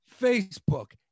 Facebook